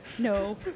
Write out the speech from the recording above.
No